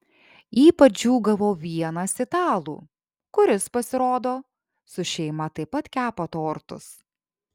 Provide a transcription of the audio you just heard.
ypač džiūgavo vienas italų kuris pasirodo su šeima taip pat kepa tortus